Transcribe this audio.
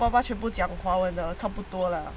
我爸爸却不讲华文的差不多了